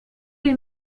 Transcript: les